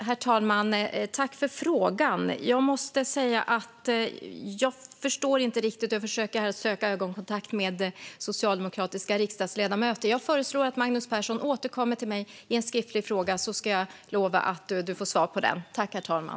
Herr talman! Tack för frågan! Jag måste säga att jag inte riktigt förstår, och jag försöker söka ögonkontakt med socialdemokratiska riksdagsledamöter här i kammaren. Men jag föreslår att du, Magnus Persson, återkommer till mig i en skriftlig fråga, och jag lovar att du ska få svar på den.